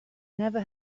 never